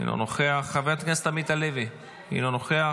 אינו נוכח, חבר הכנסת עמית הלוי, אינו נוכח,